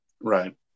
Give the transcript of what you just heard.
Right